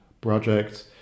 projects